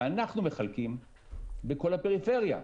ואנחנו מחלקים בכל הפריפריה,